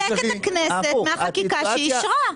אתה מנתק את הכנסת מהחקיקה שהיא אישרה.